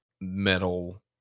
Metal